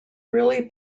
really